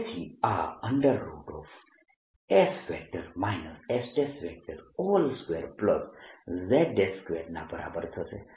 તેથી આ s s2z2 ના બરાબર થશે